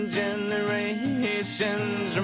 generations